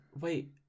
Wait